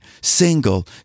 single